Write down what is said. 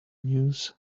news